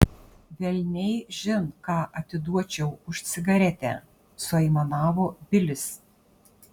velniaižin ką atiduočiau už cigaretę suaimanavo bilis